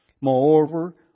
Moreover